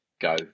go